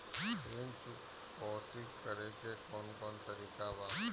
ऋण चुकौती करेके कौन कोन तरीका बा?